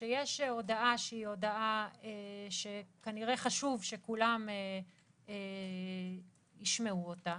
כשיש הודעה שכנראה שחשוב שכולם ישמעו אותה,